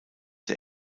der